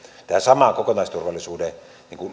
tähän samaan kokonaisturvallisuuden